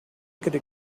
could